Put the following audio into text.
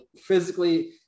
physically